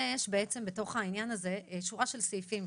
יש בתוך העניין הזה שורה של סעיפים,